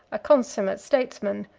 a consummate statesman,